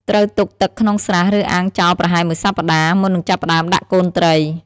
ត្រូវទុកទឹកក្នុងស្រះ ឬអាងចោលប្រហែលមួយសប្តាហ៍ មុននឹងចាប់ផ្តើមដាក់កូនត្រី។